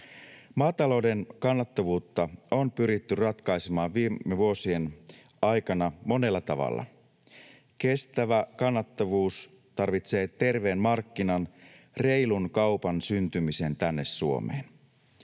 Maatalouden kannattavuutta on pyritty ratkaisemaan viime vuosien aikana monella tavalla. Kestävä kannattavuus tarvitsee terveen markkinan, reilun kaupan syntymisen tänne Suomeen.